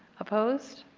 opposed.